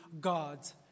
God's